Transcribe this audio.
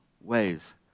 ways